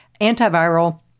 Antiviral